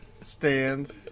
stand